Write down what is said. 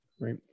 Right